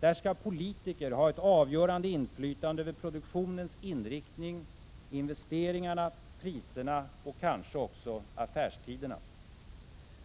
Där skall politiker ha ett avgörande inflytande över produktionens inriktning, investeringarna, priserna och kanske också affärstiderna.